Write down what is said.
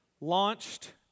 launched